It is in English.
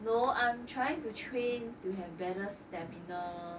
no I'm trying to train to have better stamina